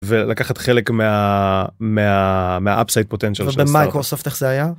ולקחת חלק מהאפסייט פוטנציאל של הסטארטאפ. ובמיקרוסופט איך זה היה?